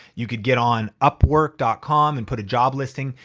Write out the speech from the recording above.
you could get on upwork dot com and put a job listing.